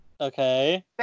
Okay